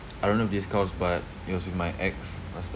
I don't know if this counts but it was with my ex last time